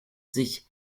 sich